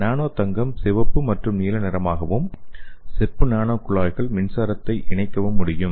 நானோ தங்கம் சிவப்பு மற்றும் நீல நிறமாகவும் செப்பு நானோ குழாய்கள் மின்சாரத்தை இணைக்கவும் முடியும்